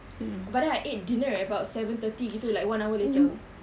but then I ate dinner at about seven thirty gitu like one hour later